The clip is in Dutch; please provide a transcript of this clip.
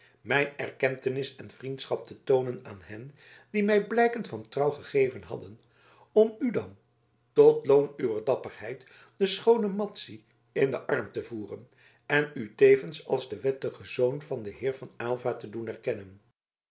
mijn erkentenis en vriendschap te toonen aan hen die mij blijken van trouw gegeven hadden om u dan tot loon uwer dapperheid de schoone madzy in den arm te voeren en u tevens als den wettigen zoon van den heer van aylva te doen erkennen